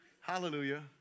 hallelujah